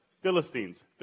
Philistines